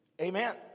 Amen